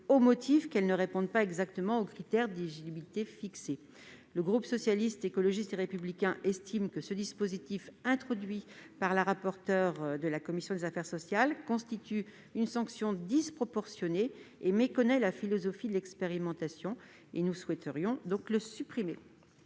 au motif qu'elles ne répondent pas exactement aux critères d'éligibilité fixés ? Le groupe Socialiste, Écologiste et Républicain estime que ce dispositif introduit par la rapporteure de la commission des affaires sociales constitue une sanction disproportionnée et méconnaît la philosophie de l'expérimentation. Il convient donc de le supprimer.